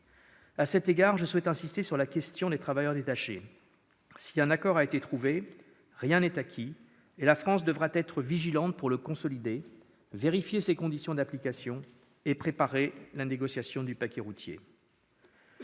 À cet égard, je souhaite insister sur la question des travailleurs détachés : si un accord a été trouvé, rien n'est acquis, et la France devra être vigilante pour le consolider, vérifier ses conditions d'application et préparer la négociation du « paquet routier